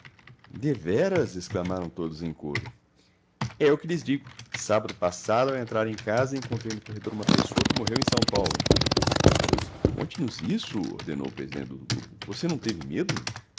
deveras exclamaram todos em coro é o que lhes digo sábado passado ao entrar em casa encontrei no corredor uma pessoa que morreu em são paulo conte-nos isso ordenou o presidente do grupo você não teve medo